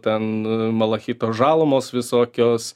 ten malachito žalumos visokios